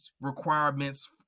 requirements